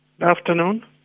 Afternoon